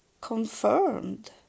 confirmed